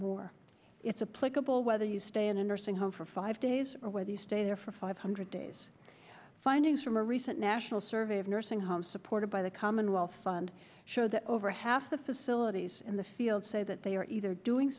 pleasurable whether you stay in a nursing home for five days or whether you stay there for five hundred days findings from a recent national survey of nursing home supported by the commonwealth fund show that over half the facilities in the field say that they are either doing